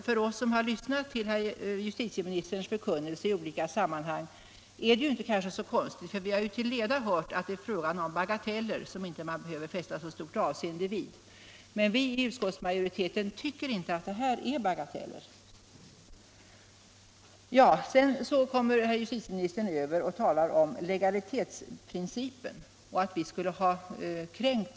För oss som har lyssnat till justitieministerns förkunnelse i olika sammanhang är, som jag sade förut, resonemanget emellertid inte så konstigt, för vi har till leda hört att sommarstugeinbrott är bagateller som man inte behöver fästa så stort avseende vid. Vi i utskottsmajoriteten tycker inte att det är bagateller. Sedan går justitieministern över till att tala om legalitetsprincipen, som vi skulle ha kränkt.